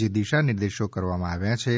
જે દિશા નિર્દેશો કરવામાં આવ્યાછે